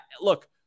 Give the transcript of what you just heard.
look